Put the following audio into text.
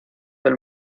del